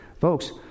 Folks